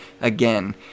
again